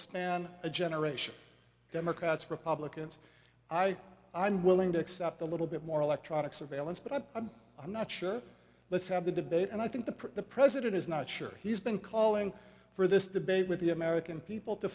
span a generation democrats republicans i i'm willing to accept a little bit more electronic surveillance but i'm i'm i'm not sure let's have the debate and i think the the president is not sure he's been calling for this debate with the american people to